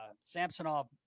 Samsonov